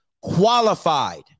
qualified